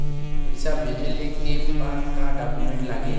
पैसा भेजला के का डॉक्यूमेंट लागेला?